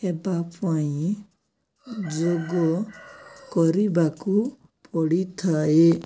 ହେବା ପାଇଁ ଯୋଗ କରିବାକୁ ପଡ଼ିଥାଏ